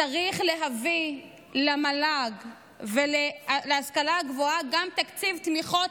צריך להביא למל"ג ולהשכלה הגבוהה גם תקציב תמיכות,